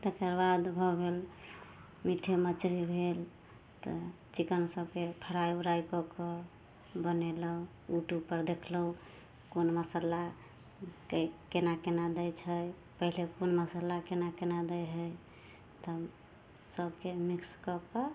तकर बाद भऽ गेल मीटे मछरी भेल तऽ चिकन सबके फ्राइ उराइ कऽ कऽ बनेलहुँ उटूबपर देखलहुँ कोन मसल्लाके कोना कोना दै छै पहिले कोन मसल्ला कोना कोना दै हइ तब सबके मिक्स कऽ कऽ